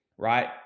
Right